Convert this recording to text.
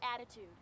attitude